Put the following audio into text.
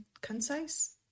concise